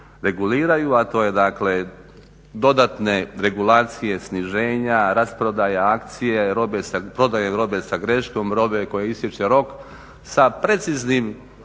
reguliraju, a to je dakle dodatne regulacije, sniženja, rasprodaje, akcije robe, prodaje robe sa greškom, robe kojoj istječe rok sa preciznim